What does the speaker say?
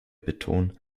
beton